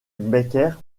becker